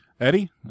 Eddie